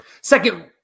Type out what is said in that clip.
Second